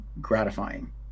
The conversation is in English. gratifying